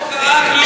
לא קרה כלום.